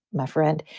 my friend,